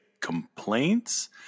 complaints